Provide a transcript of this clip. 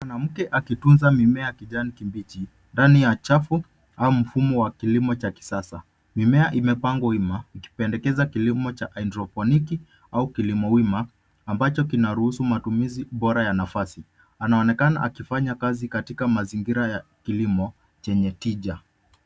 Mwanamke akitunza mimea ya kijani kibichi ndani ya chafu au mfumo wa kilimo cha kisasa. Mimea imepangwa imara ikipendekeza kilimo cha haidroponiki au kilimo wimo ambacho kina ruhusu matumizi bora ya nafasi. Anaonekana akifanya kazi katika mazingira ya kilimo chenye tija.